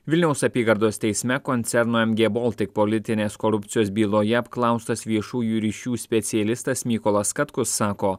vilniaus apygardos teisme koncernui mg baltic politinės korupcijos byloje apklaustas viešųjų ryšių specialistas mykolas katkus sako